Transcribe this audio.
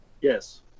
Yes